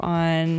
on